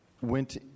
went